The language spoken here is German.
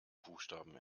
buchstaben